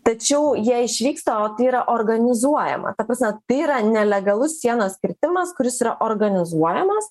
tačiau jie išvyksta o tai yra organizuojama ta prasme tai yra nelegalus sienos kirtimas kuris yra organizuojamas